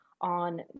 on